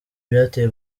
byateye